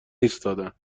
ایستادن